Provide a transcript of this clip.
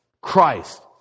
Christ